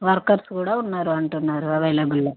workers కూడా ఉన్నారు అంటున్నారు అవైలబుల్లో